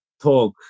talk